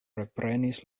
reprenis